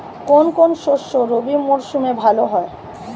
কোন কোন শস্য রবি মরশুমে ভালো হয়?